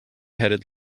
headed